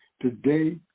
Today